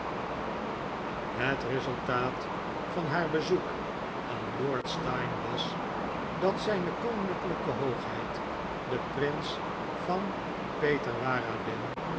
het resultaat van haar bezoek aan lord steyne was dat zijne koninklijke hoogheid de prins van